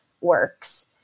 works